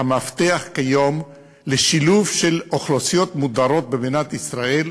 המפתח כיום לשילוב של אוכלוסיות מודרות במדינת ישראל,